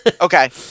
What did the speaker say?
Okay